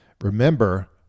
Remember